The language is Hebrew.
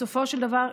בסופו של דבר,